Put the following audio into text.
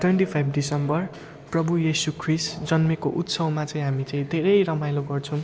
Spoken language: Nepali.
ट्वेन्टी फाइभ दिसम्बर प्रभु यिसू ख्रिस्ट जन्मेको उत्सवमा चाहिँ हामी चाहिँ धेरै रमाइलो गर्छौँ